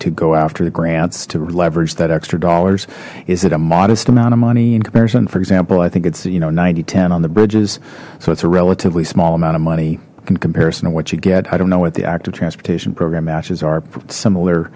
to go after the grants to leverage that extra dollars is it a modest amount of money in comparison for example i think it's you know ninety ten on the bridges so it's a relatively small amount of money in comparison and what you get i don't know what the active transportation program matches our similar